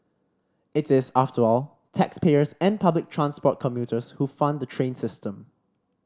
it is after all taxpayers and public transport commuters who fund the train system